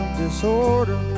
disorder